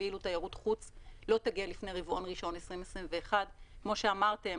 ואילו תיירות חוץ לא תגיע לפני רבעון ראשון של 2021. כמו שאמרתם,